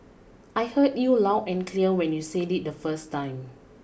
I heard you loud and clear when you said it the first time